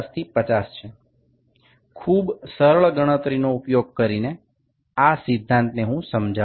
আমি খুব সাধারণ গণনা ব্যবহার করে এই নীতিটি ব্যাখ্যা করতে চাই